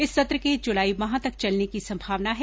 इस सत्र के जुलाई माह तक चलने की संभावना है